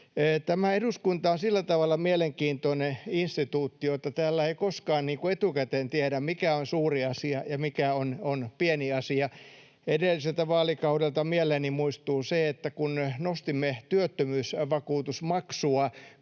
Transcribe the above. Eduskunta on sillä tavalla mielenkiintoinen instituutio, että täällä ei koskaan etukäteen tiedä, mikä on suuri asia ja mikä on pieni asia. Edelliseltä vaalikaudelta mieleeni muistuu se, että kun nostimme työttömyysvakuutusmaksua